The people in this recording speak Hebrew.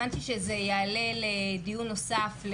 הבנתי שזה יעלה לדיון נוסף,